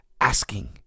asking